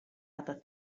other